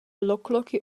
lokloki